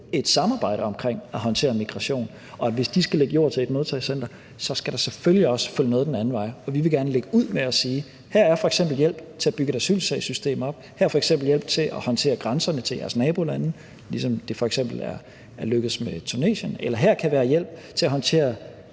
et samarbejde om at håndtere migration, og hvis de skal lægge jord til et modtagecenter, skal der selvfølgelig også følge noget med den anden vej. Vi vil gerne lægge ud med at sige, at her er f.eks. hjælp til at bygge et asylsagssystem op, her er f.eks. hjælp til at håndtere grænserne til nabolandene, ligesom det f.eks. er lykkedes med Tunesien, eller her kan være hjælp til at håndtere